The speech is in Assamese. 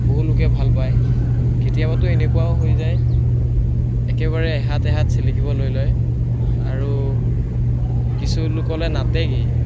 বহুলোকে ভাল পায় কেতিয়াবাতো এনেকুৱাও হৈ যায় একেবাৰে এহাত এহাত চেলেকিব লৈ লয় আৰু কিছুলোকলৈ নাটেগৈই